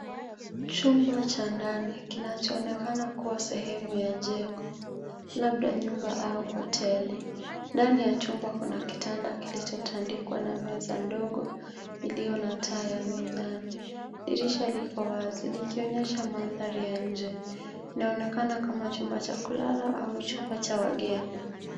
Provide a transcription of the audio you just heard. Chumba cha ndani kinachoonekana kuwa sehemu ya jengo labda nyumba au hoteli. Ndani ya chumba kuna kitanda kilicho tandikwa na meza ndogo iliyo na taa ya mezani. Dirisha liko wazi likionyesha mandhari ya nje. Inaonekana kama chumba cha kulala au chumba cha wageni.